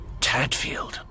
Tadfield